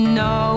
no